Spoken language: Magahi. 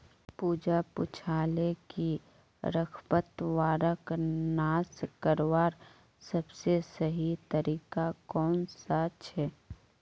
पूजा पूछाले कि खरपतवारक नाश करवार सबसे सही तरीका कौन सा छे